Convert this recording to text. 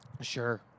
Sure